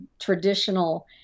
traditional